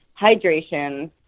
hydration